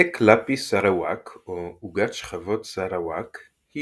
קק לאפיס סראוואק או עוגת שכבות סראוואק היא